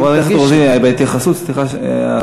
חברת הכנסת רוזין, בהתייחסות המציעים,